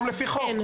היום לפי חוק.